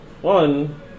One